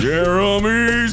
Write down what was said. Jeremy's